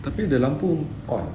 tapi the lampu on